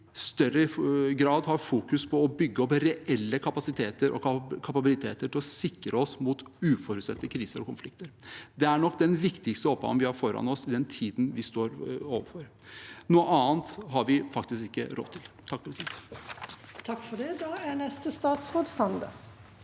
vi i større grad fokuserer på å bygge opp reelle kapasiteter og kapabiliteter til å sikre oss mot uforutsette kriser og konflikter. Det er nok den viktigste oppgaven vi har foran oss i den tiden vi står overfor. Noe annet har vi faktisk ikke råd til. Statsråd Erling Sande